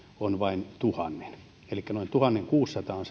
on vain tuhannen elikkä noin tuhatkuusisataa on